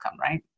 right